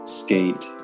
skate